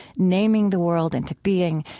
naming the world into being,